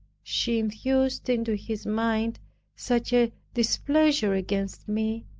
she infused into his mind such a displeasure against me,